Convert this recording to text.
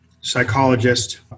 psychologist